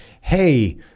hey